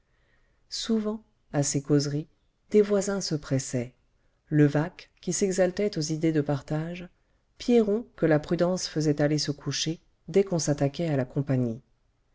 souvent à ces causeries des voisins se pressaient levaque qui s'exaltait aux idées de partage pierron que la prudence faisait aller se coucher dès qu'on s'attaquait à la compagnie